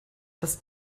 dass